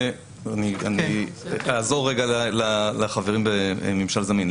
אני אעזור רגע לחברים בממשל זמין.